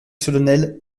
solennel